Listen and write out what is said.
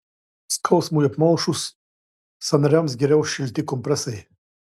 skausmui apmalšus sąnariams geriau šilti kompresai